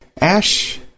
Ash